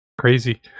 crazy